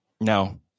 No